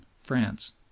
France